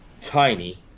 Tiny